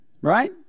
Right